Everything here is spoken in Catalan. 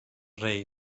rei